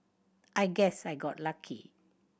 I guess I got lucky